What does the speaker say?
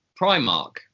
Primark